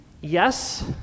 Yes